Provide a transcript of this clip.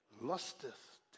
Lusteth